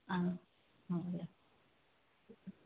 ആ ആ അതെയോ